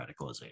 radicalization